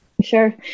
Sure